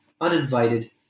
uninvited